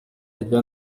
yagiye